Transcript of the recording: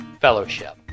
fellowship